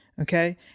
Okay